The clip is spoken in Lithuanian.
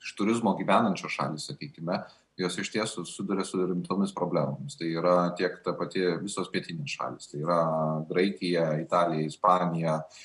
iš turizmo gyvenančios šalys sakykime jos išties susiduria su rimtomis problemomis tai yra tiek ta pati visos pietinės šalys tai yra graikija italija ispanija